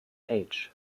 age